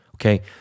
Okay